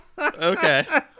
Okay